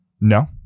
no